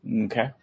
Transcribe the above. Okay